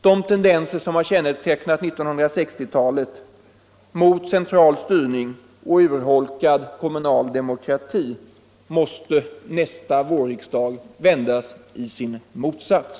De tendenser mot central styrning och urholkad kommunal demokrati som kännetecknade 1960-talet måste nästa vårriksdag vända i sin motsats.